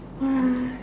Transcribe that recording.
!wah!